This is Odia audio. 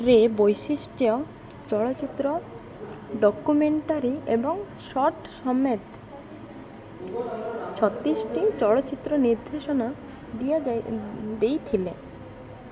ରେ ବୈଶିଷ୍ଟ୍ୟ ଚଳଚ୍ଚିତ୍ର ଡକ୍ୟୁମେଣ୍ଟାରୀ ଏବଂ ସର୍ଟ ସମେତ ଛତିଶଟି ଚଳଚ୍ଚିତ୍ର ନିର୍ଦ୍ଦେଶନା ଦିଆ ଦେଇଥିଲେ